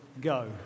go